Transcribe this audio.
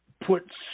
put